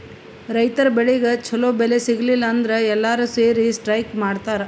ರೈತರ್ ಬೆಳಿಗ್ ಛಲೋ ಬೆಲೆ ಸಿಗಲಿಲ್ಲ ಅಂದ್ರ ಎಲ್ಲಾರ್ ಸೇರಿ ಸ್ಟ್ರೈಕ್ ಮಾಡ್ತರ್